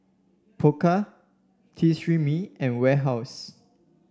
Pokka Tresemme and Warehouse